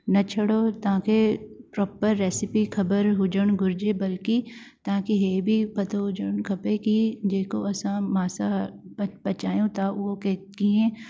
न छेड़ो तव्हांखे प्रोपर रेसिपी ख़बर हुजणु घुरिजे बलकी तव्हांखे इहा बि पतो हुजणु खपे की जेको असां मासाहारी प पचायूं था उहो कीअं